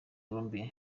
columbia